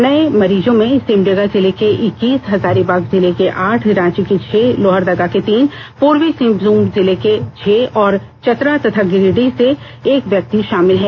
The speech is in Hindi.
नए मरीजों में सिमडेगा जिले के इक्कीस हजारीबाग जिले के आठ रांची के छह लोहरदगा के तीन पूर्वी सिंहभूम के छह और चतरा तथा गिरिडीह से एक व्यक्ति शामिल हैं